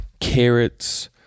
carrots